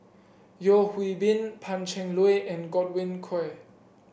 Yeo Hwee Bin Pan Cheng Lui and Godwin Koay